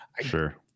Sure